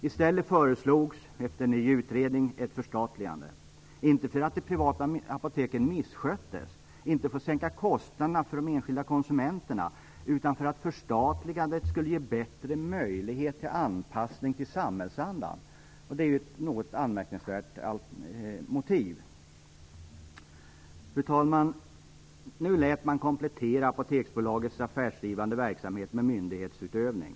I stället föreslogs - efter en ny utredning - ett förstatligande, inte för att de privata apoteken missköttes och inte för att sänka kostnaderna för de enskilda konsumenterna utan för att förstatligandet skulle ge bättre möjlighet till anpassning till samhällsandan. Det är ett anmärkningsvärt motiv. Fru talman! Nu lät man komplettera Apoteksbolagets affärsdrivande verksamhet med myndighetsutövning.